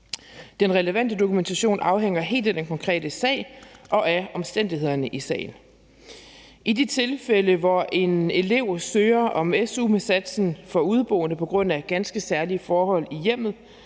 Den relevante dokumentation afhænger helt af den konkrete sag og af omstændighederne i sagen. I de tilfælde, hvor en elev søger om su med satsen for udeboende på grund af ganske særlige forhold i hjemmet,